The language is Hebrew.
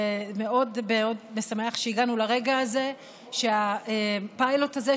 ומאוד מאוד משמח שהגענו לרגע הזה שהפיילוט הזה,